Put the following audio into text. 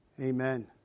Amen